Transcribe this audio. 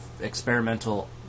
experimental